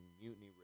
mutiny